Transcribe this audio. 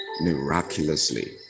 Miraculously